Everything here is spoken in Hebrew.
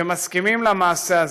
שמסכימים למעשה הזה,